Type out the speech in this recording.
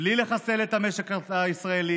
בלי לחסל את המשק הישראלי,